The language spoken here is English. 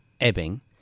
ebbing